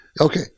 Okay